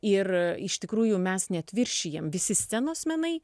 ir iš tikrųjų mes net viršijam visi scenos menai